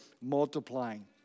multiplying